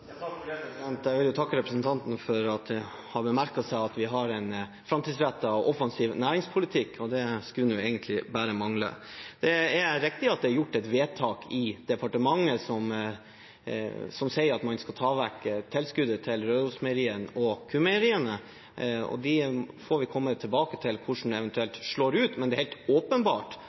Jeg vil takke representanten for at hun hadde merket seg at vi har en framtidsrettet og offensiv næringspolitikk, og det skulle nå egentlig bare mangle. Det er riktig at det er gjort et vedtak i direktoratet som sier at man skal ta bort tilskuddet til Rørosmeieriet og Q-Meieriene, og vi får komme tilbake til hvordan det eventuelt slår ut. Men det er helt åpenbart